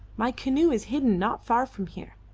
my canoe is hidden not far from here.